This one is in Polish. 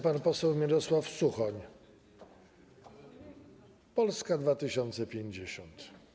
Pan poseł Mirosław Suchoń, Polska 2050.